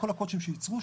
כל הקוט"שים שייצרו,